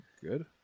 Good